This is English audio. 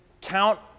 count